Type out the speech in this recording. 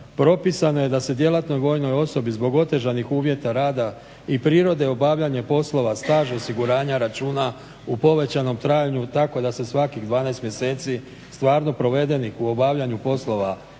propisano je da se djelatnoj vojnoj osobi zbog otežanih uvjeta rada i prirode obavljanja poslova staž osiguranja računa u povećanom trajanju tako da se svakih 12 mjeseci stvarno provedenih u obavljanju poslova